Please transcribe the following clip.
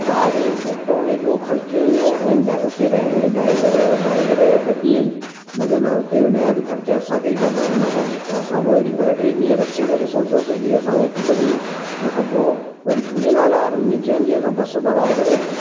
car जो petrol हेॾो ख़र्चु हुयो ऐं उते रहणु ड्राइवर ड्राइवर ॿ ॾींहं लॻंदा उते उन जा बि ख़र्चा असांखे ई त भरिणा पवंदा त असां पोइ वरी ॿ टें ॾींहं रखी करे सोचियोसीं कि असां हिक ॿ ॾींहं खां पोइ वरी झूलेलाल बसि भराए करे